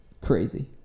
Crazy